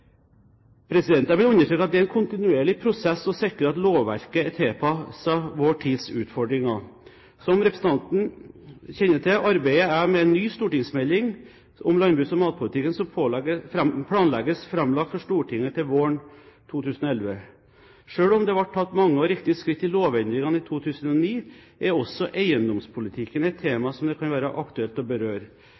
Jeg vil understreke at det er en kontinuerlig prosess å sikre at lovverket er tilpasset vår tids utfordringer. Som representanten kjenner til, arbeider jeg med en ny stortingsmelding om landbruks- og matpolitikken som planlegges framlagt for Stortinget til våren 2011. Selv om det ble tatt mange og riktige skritt i lovendringene i 2009, er også eiendomspolitikken et tema som det kan være aktuelt å berøre.